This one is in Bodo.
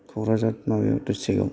क'क्राझार माबायाव दिसत्रिक आव